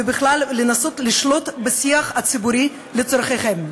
ובכלל לנסות לשלוט בשיח הציבורי לצורכיהם.